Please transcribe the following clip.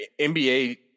NBA